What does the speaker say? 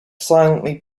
silently